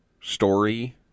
story